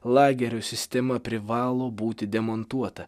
lagerių sistema privalo būti demontuota